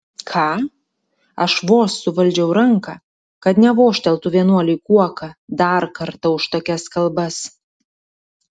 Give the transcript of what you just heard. ką aš vos suvaldžiau ranką kad nevožteltų vienuoliui kuoka dar kartą už tokias kalbas